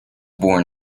born